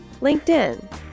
LinkedIn